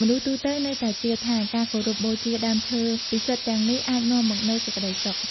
មនុស្សទូទៅនៅតែជឿថាការគោរពបូជាដើមឈើពិសិដ្ឋទាំងនេះអាចនាំមកនូវសេចក្តីសុខ។